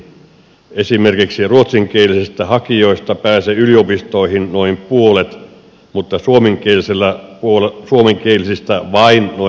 esimerkiksi ruotsinkielisistä hakijoista pääsee yliopistoihin noin puolet mutta suomenkielisistä vain noin kolmannes